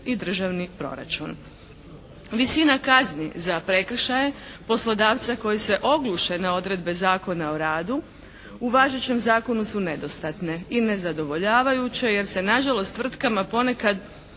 i državni proračun. Visina kazni za prekršaje poslodavca koji se ogluše na odredbe Zakona o radu u važećem zakonu su nedostatne i nezadovoljavajuće, jer se nažalost tvrtkama ponekad